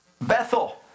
Bethel